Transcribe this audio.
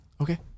Okay